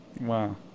Wow